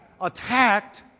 attacked